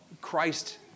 Christ